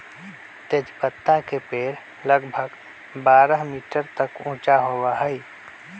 तेजपत्ता के पेड़ लगभग बारह मीटर तक ऊंचा होबा हई